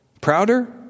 prouder